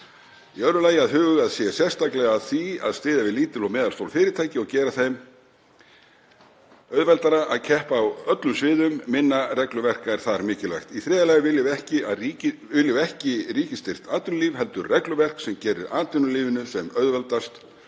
2. Að hugað sé sérstaklega að því að styðja við lítil og meðalstór fyrirtæki og gera þeim auðveldara að keppa á öllum sviðum, minna regluverk er þar mikilvægt. 3. Við viljum ekki ríkisstyrkt atvinnulíf heldur regluverk sem gerir atvinnulífinu sem auðveldast